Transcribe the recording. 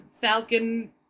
falcon